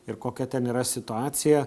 ir kokia ten yra situacija